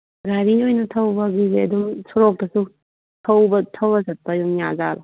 ꯒꯥꯔꯤ ꯑꯣꯏꯅ ꯊꯧꯕꯒꯤꯁꯦ ꯑꯗꯨꯝ ꯁꯣꯔꯣꯛꯇꯁꯨ ꯊꯧꯔ ꯆꯠꯄ ꯑꯗꯨꯃ ꯌꯥ ꯖꯥꯠꯂꯣ